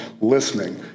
listening